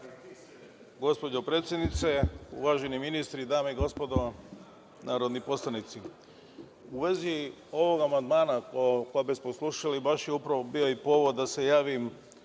Gospođo predsednice, uvaženi ministri, dame i gospodo narodni poslanici, u vezi ovog amandmana o kome smo slušali baš je upravo bio i povod da se javim